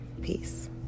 Peace